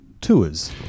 tours